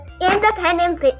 independent